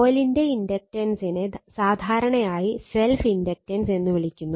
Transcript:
കോയിലിന്റെ ഇൻഡക്റ്റൻസിനെ എന്ന് വിളിക്കുന്നു